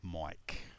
Mike